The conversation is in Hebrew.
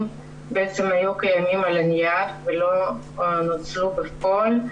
בעצם היו קיימים על הנייר ולא נוצרו בפועל.